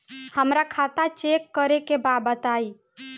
हमरा खाता चेक करे के बा बताई?